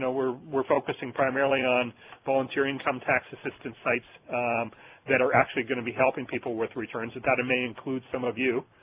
know, we're we're focusing primarily on volunteer income tax assistance sites that are actually going to be helping people with returns, that that may include some of you.